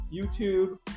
YouTube